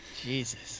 Jesus